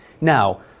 Now